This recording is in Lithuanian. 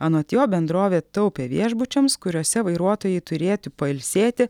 anot jo bendrovė taupė viešbučiams kuriuose vairuotojai turėti pailsėti